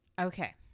Okay